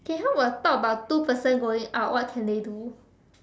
K how about talk about two person going out what can they do